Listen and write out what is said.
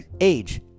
age